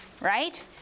right